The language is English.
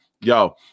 yo